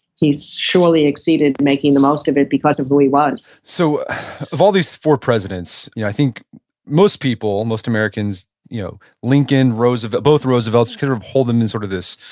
he surely exceeded making the most of it because of who he was so of all these four presidents, i think most people, most americans you know lincoln, roosevelt, both roosevelts, kind of of hold them in sort of this